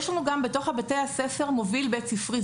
יש לנו, בתוך בתי הספר, גם מוביל בית ספרי.